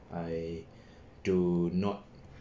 I do not